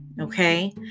okay